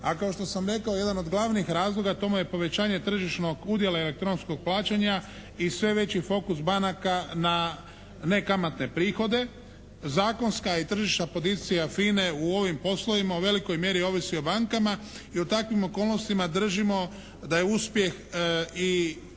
a kao što sam rekao jedan od glavnih razloga to mu je povećanje tržišnog udjela i elektronskog plaćanja i sve veći fokus banaka na nekamatne prihode. Zakonska i tržišna pozicija FINA-e u ovim poslovima u velikoj mjeri ovisi o bankama i u takvim okolnostima držimo da je uspjeh i